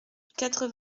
quatre